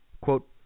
Quote